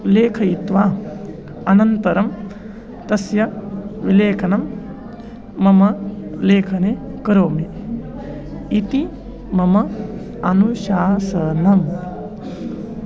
लेखयित्वा अनन्तरं तस्य उल्लेखनं मम लेखने करोमि इति मम अनुशासनम्